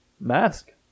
mask